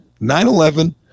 9-11